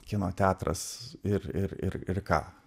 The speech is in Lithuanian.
kino teatras ir ir ir ir ką